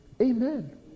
Amen